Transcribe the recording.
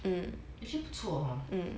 actually 不错 hor